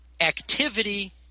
activity